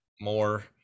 more